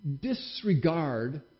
disregard